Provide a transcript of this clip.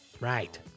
right